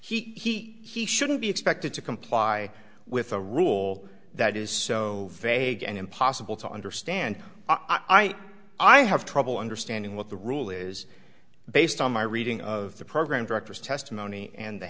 exist he he shouldn't be expected to comply with a rule that is so vague and impossible to understand i i i have trouble understanding what the rule is based on my reading of the program directors testimony and the